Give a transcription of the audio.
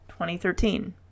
2013